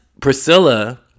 Priscilla